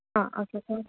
ആ okay fine